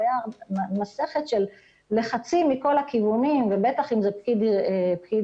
הייתה מסכת של לחצים מכל הכוונים - ובטח אם זה פקיד יערות